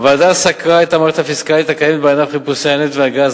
הוועדה סקרה את המערכת הפיסקלית הקיימת בענף חיפושי הנפט והגז,